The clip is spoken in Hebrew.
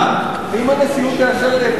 אם הנשיאות תאשר לי,